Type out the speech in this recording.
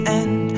end